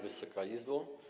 Wysoka Izbo!